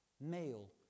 male